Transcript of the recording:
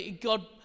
God